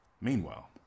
Meanwhile